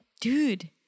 dude